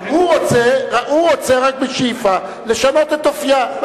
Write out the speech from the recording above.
הוא רוצה, רק בשאיפה, לשנות את אופיה.